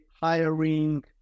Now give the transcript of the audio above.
hiring